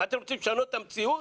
אתם רוצים לשנות את המציאות?